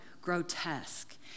grotesque